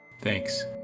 Thanks